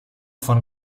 von